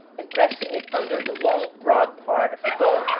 and pressing it under the long broad part of the bone,